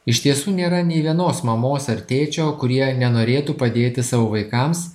iš tiesų nėra nei vienos mamos ar tėčio kurie nenorėtų padėti savo vaikams